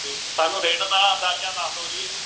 ਠੀਕ ਸਾਨੂੰ ਰੇਟ ਤਾਂ ਅੰਦਾਜ਼ਾ ਦੱਸਦੋ ਜੀ